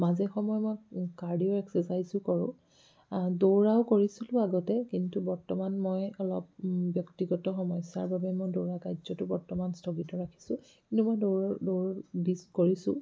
মাজে সময়ে মই কাৰ্ডিঅ' এক্সেছাইজো কৰোঁ দৌৰাও কৰিছিলোঁ আগতে কিন্তু বৰ্তমান মই অলপ ব্যক্তিগত সমস্যাৰ বাবে মই দৌৰা কাৰ্যটো বৰ্তমান স্থগিত ৰাখিছোঁ কিন্তু মই দৌৰোঁ দৌৰোঁ দিছ কৰিছোঁ